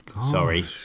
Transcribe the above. Sorry